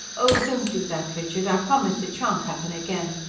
oh, don't do that, richard. i promise it shan't happen again.